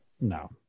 No